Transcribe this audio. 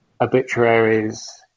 obituaries